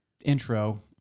intro